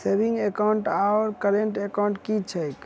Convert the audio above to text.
Saving account आओर current account की छैक?